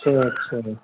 اچھا اچھا